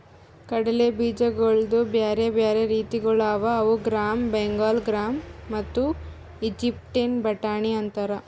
ಕಡಲೆ ಬೀಜಗೊಳ್ದು ಬ್ಯಾರೆ ಬ್ಯಾರೆ ರೀತಿಗೊಳ್ ಅವಾ ಅವು ಗ್ರಾಮ್, ಬೆಂಗಾಲ್ ಗ್ರಾಮ್ ಮತ್ತ ಈಜಿಪ್ಟಿನ ಬಟಾಣಿ ಅಂತಾರ್